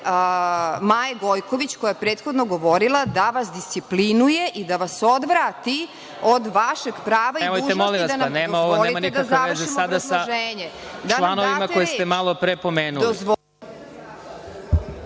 Maje Gojković koja je prethodno govorila da vas disciplinuje i da vas odvrati od vašeg prava i dužnosti, dozvolite mi da završim obrazloženje,